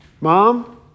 Mom